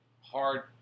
hard